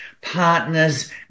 partners